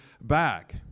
back